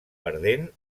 perdent